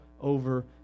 over